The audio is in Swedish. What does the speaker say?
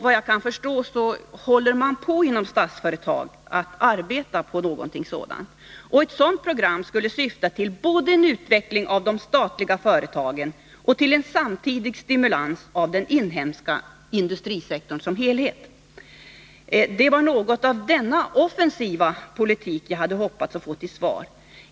Vad jag kan förstå håller man inom Statsföretag på att arbeta med något sådant. Ett dylikt program skulle syfta till både en utveckling av de statliga företagen och en samtidig stimulans av den inhemska industrisektorn som helhet. Det var något av denna offensiva politik jag hade hoppats att få besked om i svaret.